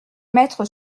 mettre